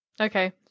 Okay